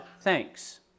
thanks